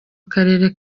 akarere